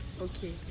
Okay